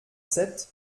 sept